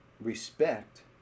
respect